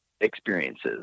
experiences